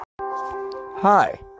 Hi